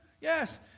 Yes